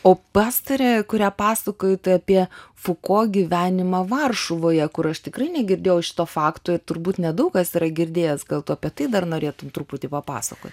o pastarąją kurią pasakojai tu apie fuko gyvenimą varšuvoje kur aš tikrai negirdėjau šito fakto ir turbūt nedaug kas yra girdėjęs gal tu apie tai dar norėtum truputį papasakot